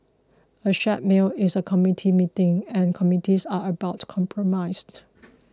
a shared meal is a committee meeting and committees are about compromise